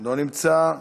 לא נמצא.